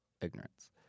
ignorance